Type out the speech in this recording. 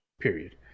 period